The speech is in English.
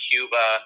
Cuba